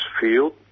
field